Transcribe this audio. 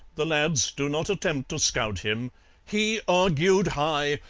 the lads do not attempt to scout him he argued high,